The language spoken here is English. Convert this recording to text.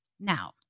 Now